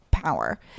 power